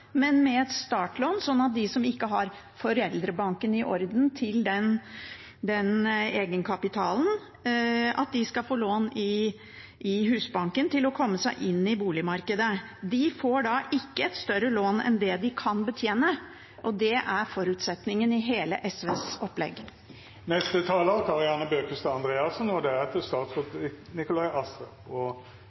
men er et startlån for dem som ikke har «foreldrebanken» i orden til egenkapitalen, slik at de får lån i Husbanken til å komme seg inn i boligmarkedet. De får da ikke et større lån enn det de kan betjene. Det er forutsetningen i hele SVs opplegg. Representanten Kari Anne Bøkestad Andreassen har hatt ordet to gonger tidlegare og